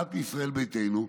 אחת מישראל ביתנו,